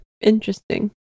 Interesting